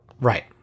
Right